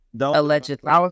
Allegedly